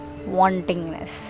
wantingness